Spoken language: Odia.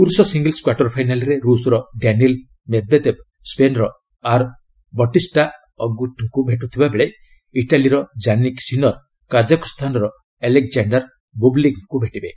ପୁରୁଷ ସିଙ୍ଗଲ୍ସ କ୍ୱାର୍ଟର ଫାଇନାଲ୍ରେ ରୁଷର ଡାନିଲ୍ ମେଦବେଦେବ ସ୍କେନ୍ର ଆର୍ ବଟିଷ୍ଟା ଅଗୁଟଙ୍କୁ ଭେଟୁଥିବା ବେଳେ ଇଟାଲୀର ଜାନିକ୍ ସିନର କାଜାଖସ୍ତାନର ଆଲେକ୍ଜାଣ୍ଡର ବୁବ୍ଲିକ୍ କ୍କୁ ଭେଟିବେ